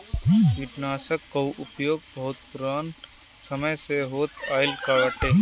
कीटनाशकन कअ उपयोग बहुत पुरान समय से होत आइल बाटे